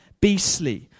beastly